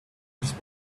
its